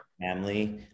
family